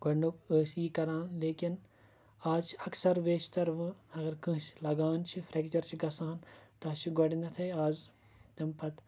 گۄڈٕنِیُک ٲسۍ یی کَران لیکِن آز چھِ اَکثَر بیشتَر اَگَر کٲنٛسہِ لَگان چھِ فریٚکچَر چھِ گَژھان تَس چھِ گۄڈٕنیٚتھٕے آز تمہِ پَتہٕ